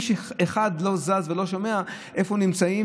יש אחד שלא זז ולא שומע איפה הם נמצאים.